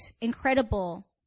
incredible